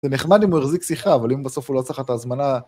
זה נחמד אם הוא יחזיק שיחה, אבל אם בסוף הוא לא צריך את ההזמנה...